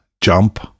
Jump